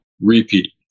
repeat